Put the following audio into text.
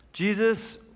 Jesus